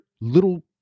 little